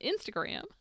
instagram